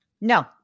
No